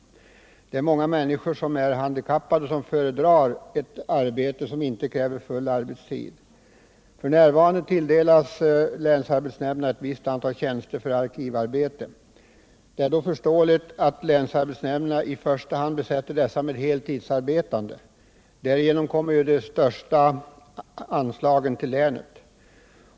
Många handikappade människor föredrar ett arbete som inte kräver full arbetstid. F.n. tilldelas länsarbetsnämnderna ett visst antal tjänster för arkivarbete. Det är då förståeligt om länsarbetsnämnderna i första hand besätter dessa med heltidsarbetande. Därigenom kommer ju de största anslagen till länet.